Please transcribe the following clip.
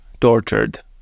tortured